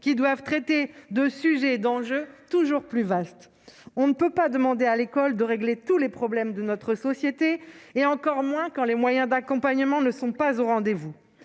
qui doivent traiter de sujets d'enjeux toujours plus vaste, on ne peut pas demander à l'école de régler tous les problèmes de notre société et encore moins quand les moyens d'accompagnement ne sont pas au rendez-vous